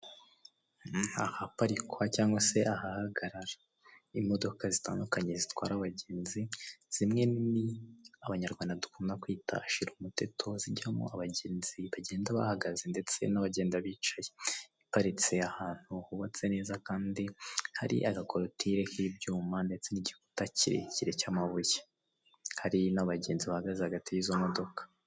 Ahaparikwa cyangwa aha hagarara imodoka zitandukanye zitwara abagenzi zimwe nini abanyarwanda dukunda kwita shir'umuteto zijyamo abagenzi bagenda bahagaze ndetse n'abagenda bicaye .Iparitse ahantu hubatse neza Kandi hari agakorutire k'ibyuma ndetse n'igikuta kirekire cy'amabuye hari n'abagenzi bahagaze hagati yizo modoka.